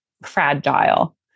fragile